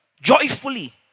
Joyfully